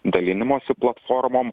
dalinimosi platformom